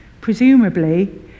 Presumably